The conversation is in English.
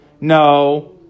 no